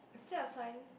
is there a sign